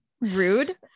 rude